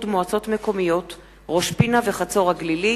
מועצות מקומיות ראש-פינה וחצור-הגלילית,